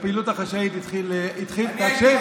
אני הייתי בקבינט.